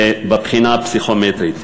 בבחינה הפסיכומטרית.